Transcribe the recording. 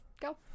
go